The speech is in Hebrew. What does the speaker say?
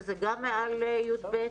שזה גם מעל י"ב.